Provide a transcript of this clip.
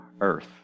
earth